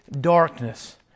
darkness